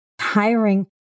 hiring